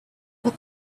but